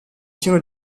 siano